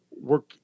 work